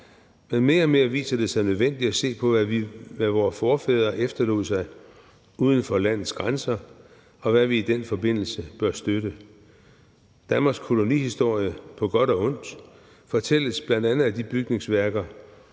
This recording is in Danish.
men mere og mere viser det sig nødvendigt at se på, hvad vore forfædre efterlod sig uden for landets grænser, og hvad vi i den forbindelse bør støtte. Danmarks kolonihistorie på godt og ondt fortælles bl.a. af de bygningsværker,